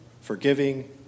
forgiving